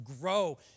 grow